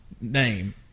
name